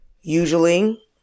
usually